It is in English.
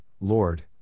Lord